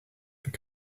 this